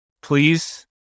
Please